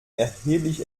erheblich